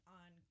on